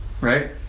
right